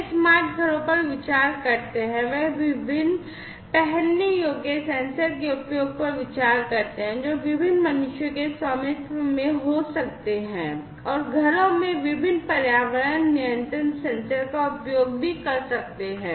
वे smart घरों पर विचार करते हैं वे विभिन्न पहनने योग्य सेंसर के उपयोग पर विचार करते हैं जो विभिन्न मनुष्यों के स्वामित्व में हो सकते हैं और घरों में विभिन्न पर्यावरण नियंत्रण सेंसर का उपयोग भी कर सकते हैं